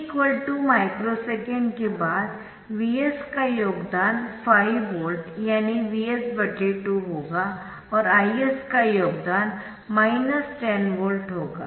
t2 micro second के बाद Vs का योगदान 5 वोल्ट यानी Vs2 होगा और Is का योगदान माइनस 10 वोल्ट होगा